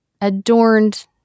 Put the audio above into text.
adorned